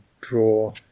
draw